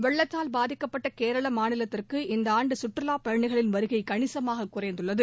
வெள்ளத்தால் பாதிக்கப்பட்ட கேரளா மாநிலத்திற்கு இந்த ஆண்டு கற்றுலா பயணிகளின் வருகை கணிசமாக குறைந்துள்ளது